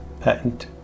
Patent